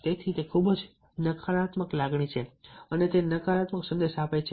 તેથી તે ખૂબ જ નકારાત્મક લાગણી નકારાત્મક સંદેશ આપે છે